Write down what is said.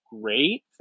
great